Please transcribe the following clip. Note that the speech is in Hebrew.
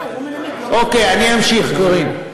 אוקיי, אני אמשיך, קארין.